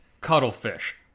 cuttlefish